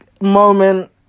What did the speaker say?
moment